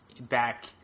back